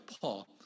Paul